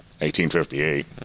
1858